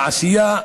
לעשייה.